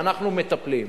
ואנחנו מטפלים.